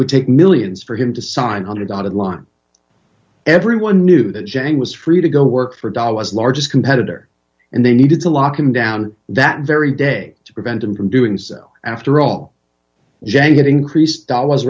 would take millions for him to sign one hundred out of one everyone knew that jane was free to go work for dollars largest competitor and they needed to lock him down that very day to prevent him from doing so after all j had increase dollars